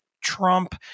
Trump